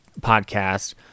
podcast